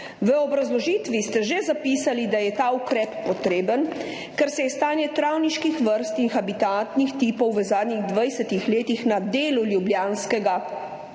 V obrazložitvi ste že zapisali, da je ta ukrep potreben, ker se je stanje travniških vrst in habitatnih tipov v zadnjih 20 letih na delu Ljubljanskega